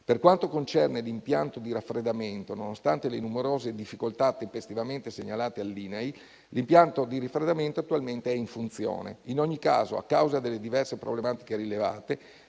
Per quanto concerne l'impianto di raffreddamento, nonostante le numerose difficoltà tempestivamente segnalate all'INAIL, l'impianto di raffreddamento attualmente è in funzione. In ogni caso, a causa delle diverse problematiche rilevate,